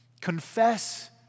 confess